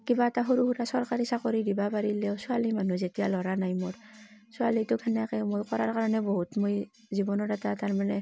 কিবা এটা সৰু সুৰা চৰকাৰী চাকৰি দিব পাৰিলেও ছোৱালী মানুহ যেতিয়া ল'ৰা নাই মোৰ ছোৱালীটোক সেনেকৈ মই কৰাৰ কাৰণে বহুত মই জীৱনৰ এটা তাৰমানে